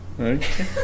Okay